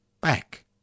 back